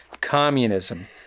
Communism